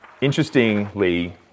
Interestingly